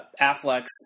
Affleck's